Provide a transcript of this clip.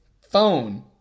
phone